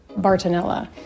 bartonella